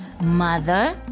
mother